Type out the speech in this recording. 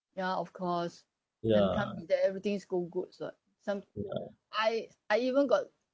ya of course got income and that everything going good ah some I I even got